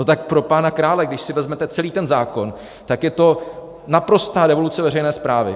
No tak pro pána krále, když si vezmete celý ten zákon, tak je to naprostá revoluce veřejné správy.